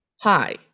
hi